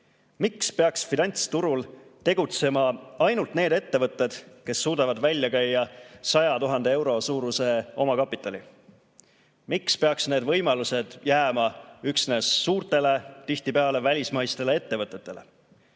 Miks peaks finantsturul tegutsema ainult need ettevõtted, kes suudavad välja käia 100 000 euro suuruse omakapitali? Miks peaks need võimalused jääma üksnes suurtele, tihtipeale välismaistele ettevõtetele?